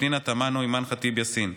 פנינה תמנו ואימאן ח'טיב יאסין.